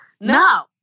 Now